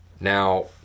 Now